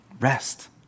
rest